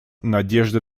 надежды